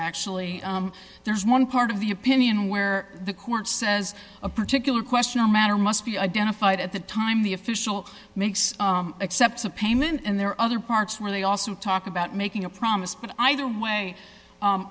actually there's one part of the opinion where the court says a particular question a matter must be identified at the time the official makes accept a payment and there are other parts where they also talk about making a promise but either way